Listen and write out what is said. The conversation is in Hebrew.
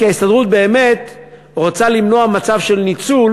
כי ההסתדרות באמת רוצה למנוע מצב של ניצול